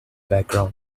background